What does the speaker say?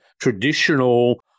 traditional